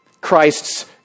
Christ's